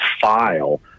file